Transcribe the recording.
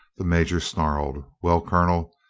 the major snarled. well, colonel,